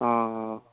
অঁ